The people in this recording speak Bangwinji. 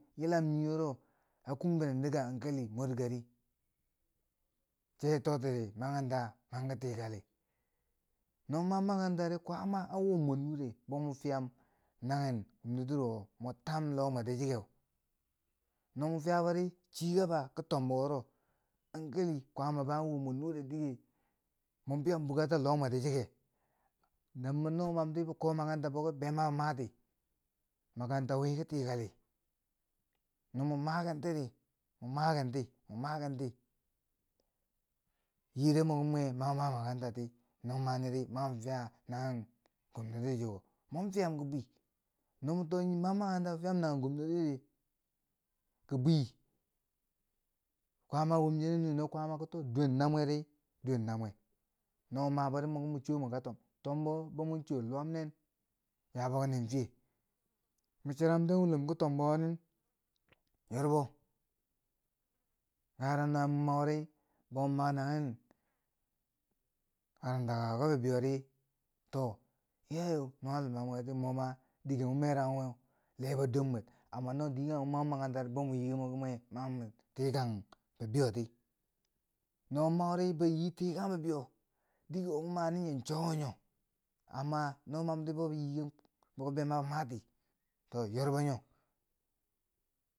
Yilam nii wuro a kung binen ti ka hankali mor gari, chechi toti makaranta man ki tikali, no mo mam makaranta ri, kwaama an wommwen nureu bo mo fiyam nanghen, gwamnatirowo mwa tam loh mwe ti chikeu. No mo fiya bori chigaba ki tombo wuro, ki hankali kwama an wom mwen nure dike mwa biyam bukata loh mwe ti chike, damma no mamdi bi ko makaranta biki be mani ba mati makaranta wi ki tikali. No mo makentiri, ma makenti, ma makenti yiire mwi mwe ma mwa maa makaranta ti, mo mani ri mani mwa fiya nanghen gwamnatirti wi, mwan fiyam ki bwii, no mo too nii mam makaranta, fiyam nanghen gwamnatir di, ki bwii kwaama wom chinen nure, no kwaama ki duwen na mwe ri, duwen na mwe. No mo mabori moki mwa cho mwe ka tom. tombo wobo man cho luwam nen, yabo ki mo fiye, mo cherumten wulom ki tombo wori yorbo, gara na mo mauri, bo ma nanghen karantakako ki bibeiyo to iyaye nuwa luma mweko ti mo ma dike mo meranghu we leebo dor mwer, amma no dii kangheri mo mau makaranta ri, bo mo yiiken moki ma mwa tikang bibeiyo ti, no mo mauri bo yii tikang bibeiyo, dike mo mani nyeu, cho wo nyo, amma mam ri bo mo yiiken, moki be mani ba mati, to yorbo nyo.